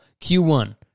Q1